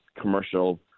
commercial